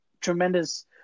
tremendous